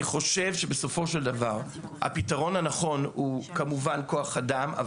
אני חושב שבסופו של דבר הפתרון הנכון הוא כמובן כוח אדם,